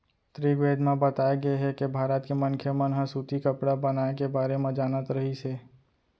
ऋगवेद म बताए गे हे के भारत के मनखे मन ह सूती कपड़ा बनाए के बारे म जानत रहिस हे